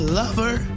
lover